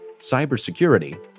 cybersecurity